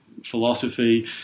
Philosophy